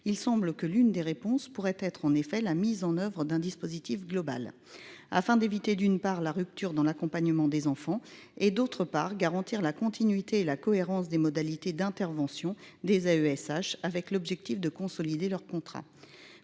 Il semble que l'une des réponses pourraient être en effet la mise en oeuvre d'un dispositif global afin d'éviter d'une part la rupture dans l'accompagnement des enfants et d'autre part garantir la continuité et la cohérence des modalités d'intervention des AESH avec l'objectif de consolider leur contrat